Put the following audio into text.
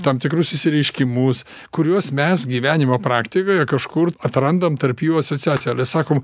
tam tikrus išsireiškimus kuriuos mes gyvenimo praktikoje kažkur atrandam tarp jų asociaciją sakom